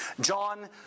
John